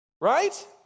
Right